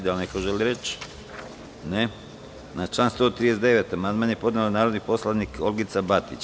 Da li neko želi reč? (Ne) Na član 139. amandman je podnela narodni poslanik Olgica Batić.